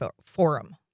Forum